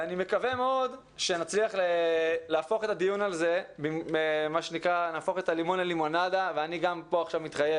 אני מקווה שבדיון הזה נצליח להפוך את הלימון ללימונדה ואני מתחייב